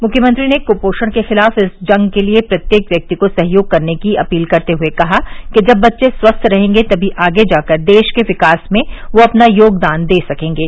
मुख्यमंत्री ने कुपोषण के खिलाफ इस जंग के लिए प्रत्येक व्यक्ति को सहयोग करने की अपील करते हुए कहा कि जब बच्चे स्वस्थ रहेंगे तभी आगे जाकर देश के विकास में वे अपना योगदान दे सकेंगे